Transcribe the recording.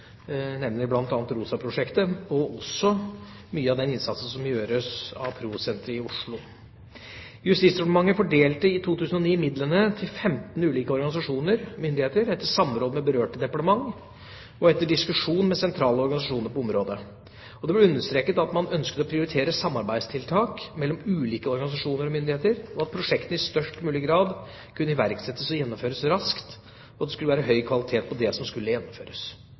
og også mye av den innsatsen som gjøres av Pro Sentret i Oslo. Justisdepartementet fordelte i 2009 midlene til 15 ulike organisasjoner/myndigheter etter samråd med berørte departementer og etter diskusjon med sentrale organisasjoner på området. Det ble understreket at man ønsket å prioritere samarbeidstiltak mellom ulike organisasjoner/myndigheter, at prosjektene i størst mulig grad kunne iverksettes og gjennomføres raskt, og at det skulle være høy kvalitet på det som skulle gjennomføres.